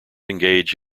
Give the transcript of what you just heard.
engage